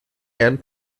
and